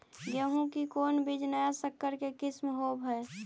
गेहू की कोन बीज नया सकर के किस्म होब हय?